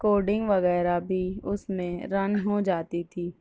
coding وغیرہ بھی اس میں رن ہو جاتی تھی